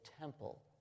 temple